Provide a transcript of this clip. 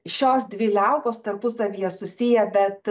šios dvi liaukos tarpusavyje susiję bet